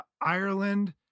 Ireland